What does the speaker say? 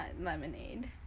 lemonade